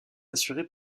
assuré